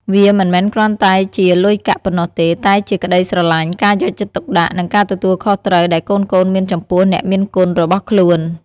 វាមិនមែនគ្រាន់តែជាលុយកាក់ប៉ុណ្ណោះទេ តែជាក្ដីស្រឡាញ់ ការយកចិត្តទុកដាក់ និងការទទួលខុសត្រូវដែលកូនៗមានចំពោះអ្នកមានគុណរបស់ខ្លួន។